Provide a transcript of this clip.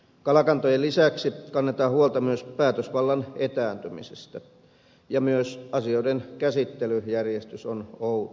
kalakantojen lisäksi kannetaan huolta myös päätösvallan etääntymisestä ja myös asioiden käsittelyjärjestys on outo